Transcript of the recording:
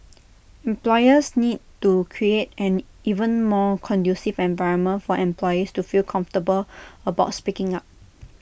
employers need to create an even more conducive environment for employees to feel comfortable about speaking up